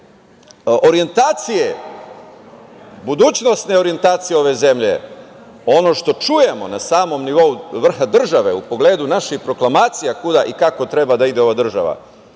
budućnosne orjentacije ove zemlje, ono što čujemo na samom nivou vrha države u pogledu naših proklamacija kuda i kako treba da ide ova država